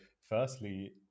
firstly